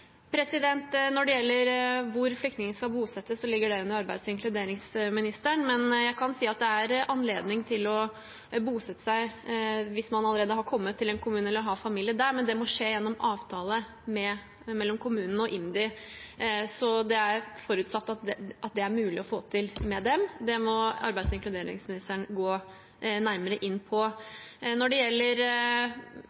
Når det gjelder hvor flyktningene skal bosettes, ligger det under arbeids- og inkluderingsministeren. Men jeg kan si at det er anledning til, hvis man allerede har kommet til en kommune eller har familie, å bosette seg der, men det må skje gjennom avtale mellom kommunen og IMDi, så det er forutsatt at det er mulig å få til med dem. Det må arbeids- og inkluderingsministeren gå nærmere inn på.